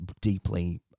deeply